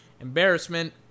embarrassment